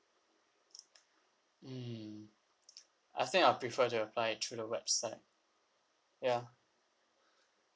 mm I think I prefer to apply through the website ya